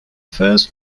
first